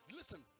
Listen